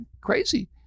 crazy